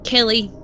Kelly